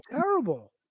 terrible